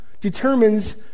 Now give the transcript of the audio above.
determines